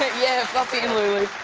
yeah, fluffy and lulu.